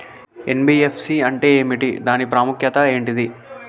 NBFC అంటే ఏమిటి దాని ప్రాముఖ్యత ఏంటిది?